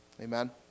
Amen